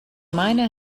miner